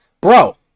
Bro